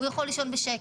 הוא יכול לישון בשקט,